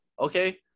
Okay